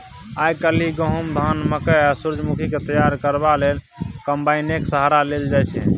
आइ काल्हि गहुम, धान, मकय आ सूरजमुखीकेँ तैयार करबा लेल कंबाइनेक सहारा लेल जाइ छै